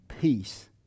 Peace